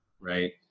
right